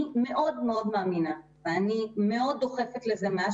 אני מאוד-מאוד מאמינה ואני מאוד דוחפת לזה מאז